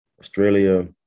Australia